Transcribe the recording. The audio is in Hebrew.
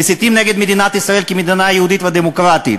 שמסיתים נגד מדינת ישראל כמדינה יהודית ודמוקרטית,